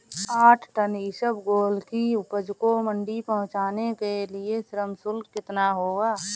आठ टन इसबगोल की उपज को मंडी पहुंचाने के लिए श्रम शुल्क कितना होगा?